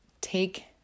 take